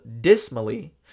dismally